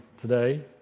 today